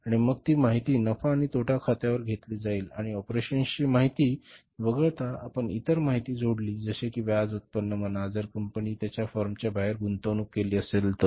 आणि मग ती माहिती नफा आणि तोटा खात्यावर घेतली जाईल आणि ऑपरेशन्स ची माहिती वगळता आपण जर इतर माहिती जोडली जसे की व्याज उत्पन्न म्हणा जर कंपनीने त्याच्या फर्मच्या बाहेर गुंतवणूक केली असेल तर